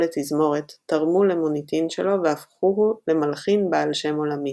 לתזמורת תרמו למוניטין שלו והפכוהו למלחין בעל שם עולמי.